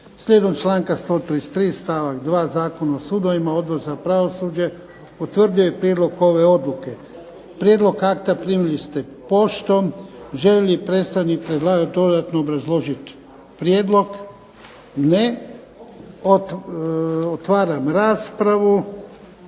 Slijedom članka 133. stavak 2. Zakona o sudovima Odbor za pravosuđe utvrdio je prijedlog ove odluke. Prijedlog akta primili ste poštom. Želi li predstavnik predlagatelja dodatno obrazložiti prijedlog? Ne. Otvaram raspravu.